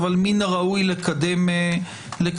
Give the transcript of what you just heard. אבל מן הראוי לקדם אותם.